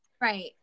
Right